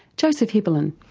joseph hibbelin.